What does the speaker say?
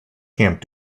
camp